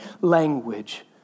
language